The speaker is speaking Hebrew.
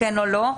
כן או לא,